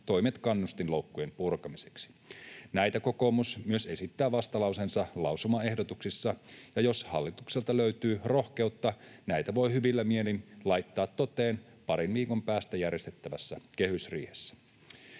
toimet kannustinloukkujen purkamiseksi. Näitä kokoomus myös esittää vastalauseensa lausumaehdotuksissa, ja jos hallitukselta löytyy rohkeutta, näitä voi hyvillä mielin laittaa toteen parin viikon päästä järjestettävässä kehysriihessä.